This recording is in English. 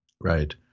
Right